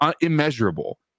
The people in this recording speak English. immeasurable